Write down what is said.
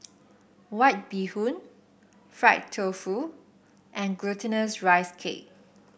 White Bee Hoon Fried Tofu and Glutinous Rice Cake